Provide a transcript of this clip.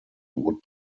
would